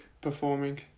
Performing